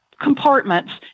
compartments